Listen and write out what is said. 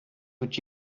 would